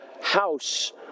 house